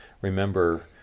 remember